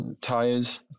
tires